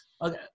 Okay